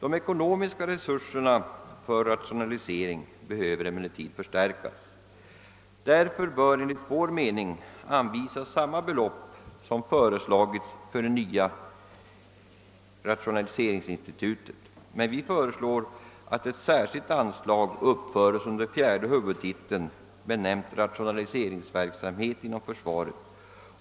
De ekonomiska resurserna för rationalisering behöver emellertid förstärkas. Därför bör, enligt vår mening, samma belopp som föreslagits för det nya rationaliseringsinstitutet anvisas som ett särskilt anslag under fjärde huvudtiteln, benämnt Rationaliseringsverksamhet inom försvaret.